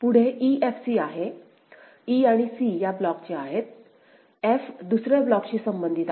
पुढे e f c आहे e आणि c या ब्लॉकचे आहेत f दुसर्या ब्लॉकशी संबंधित आहेत